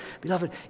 beloved